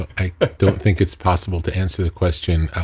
i don't think it's possible to answer the question. ah